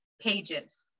pages